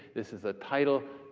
this is a title.